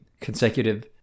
consecutive